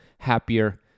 happier